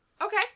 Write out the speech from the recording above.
Okay